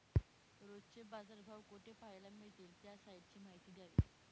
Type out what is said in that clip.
रोजचे बाजारभाव कोठे पहायला मिळतील? त्या साईटची माहिती द्यावी